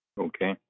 Okay